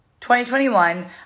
2021